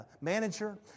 manager